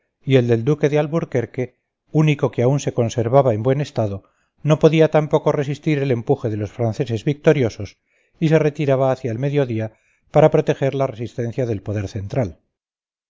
y el del duque de alburquerque único que aún se conservaba en buen estado no podía tampoco resistir el empuje de los franceses victoriosos y se retiraba hacia el mediodía para proteger la resistencia del poder central